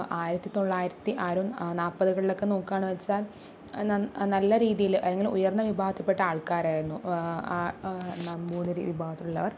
ആയിരത്തി തൊള്ളായിരത്തി ആരുന്ന് നാപ്പതുകളിലൊക്കെ നോക്കാണ് വെച്ചാ ന്ന നല്ല രീതിയില് അല്ലെങ്കില് ഉയര്ന്ന വിഭാഗത്തില്പ്പെട്ട ആള്ക്കാരായിരുന്നു ആ നമ്പൂതിരി വിഭാഗത്തിലുള്ളവര്